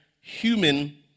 human